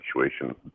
situation